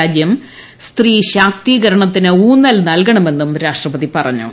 രാജ്യം സ്ത്രീ ശാക്തീകരണത്തിന് ഊന്നൽ നൽകണമെന്നും രാഷ്ട്രപതി പറഞ്ഞു